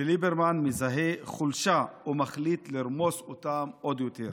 וליברמן מזהה חולשה ומחליט לרמוס אותם עוד יותר: